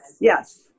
yes